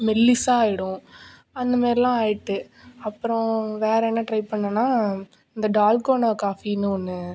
மெல்லிசாக ஆகிடும் அந்த மாரிலாம் ஆகிட்டு அப்றம் வேறே என்ன ட்ரை பண்ணேனால் இந்த டால்கோனா காஃபினு ஒன்று